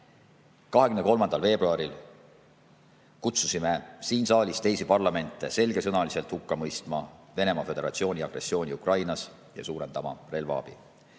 23. veebruaril kutsusime siin saalis teisi parlamente selgesõnaliselt hukka mõistma Venemaa Föderatsiooni agressiooni Ukrainas ja suurendama relvaabi.